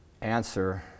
answer